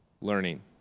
learning